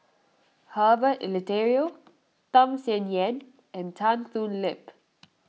Herbert Eleuterio Tham Sien Yen and Tan Thoon Lip